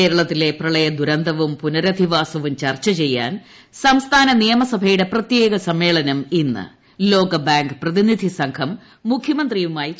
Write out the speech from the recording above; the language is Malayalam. കേരളത്തിലെ പ്രളയദുരന്തവും പുനരധിവാസവും ചർച്ച ചെയ്യാൻ സംസ്ഥാന നിയമസഭയുടെ പ്രത്യേക സമ്മേളനം ഇന്ന് ലോകബാങ്ക് പ്രതിനിധി സംഘം മുഖൃമന്ത്രിയുമായി ചർച്ച നടത്തി